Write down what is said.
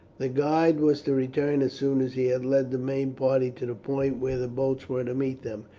the guide was to return as soon as he had led the main party to the point where the boats were to meet them,